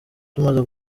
tumaze